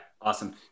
awesome